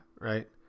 right